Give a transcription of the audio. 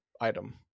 item